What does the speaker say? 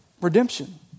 redemption